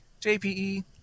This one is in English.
JPE